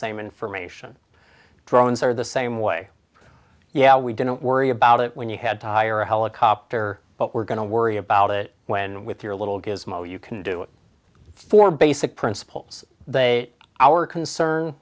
same information drones are the same way yeah we didn't worry about it when you had to hire a helicopter but we're going to worry about it when with your little gizmo you can do it for basic principles they our concern